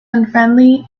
unfriendly